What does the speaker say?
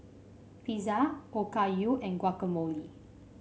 Pizza Okayu and Guacamole